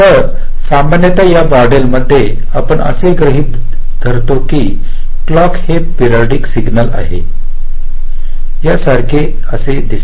तर सामान्यत या मॉडेल मध्ये असे गृहीत धरले जाते की क्लॉक हे पेरियॉडिक सिग्नल आहे जे यासारखे असते